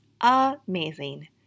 amazing